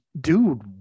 dude